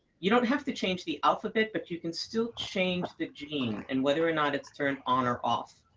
you don't have to change the alphabet, but you can still change the gene and whether or not it's turned on or off.